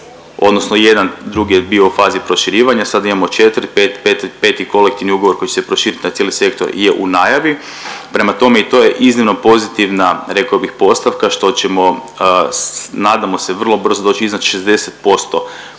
odnosno 1, drugi je bio u fazi proširivanja, sada imamo 4, 5. kolektivni ugovor koji će se proširiti na cijeli sektor je u najavi. Prema tome i to je iznimno pozitivna, rekao bih, postavka što ćemo, nadamo se, vrlo brzo doći iznad 60%